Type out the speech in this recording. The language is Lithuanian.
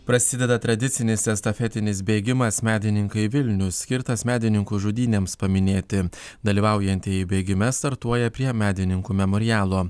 prasideda tradicinis estafetinis bėgimas medininkai vilnius skirtas medininkų žudynėms paminėti dalyvaujantieji bėgime startuoja prie medininkų memorialo